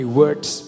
words